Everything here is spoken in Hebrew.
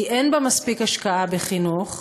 כי אין בה מספיק השקעה בחינוך,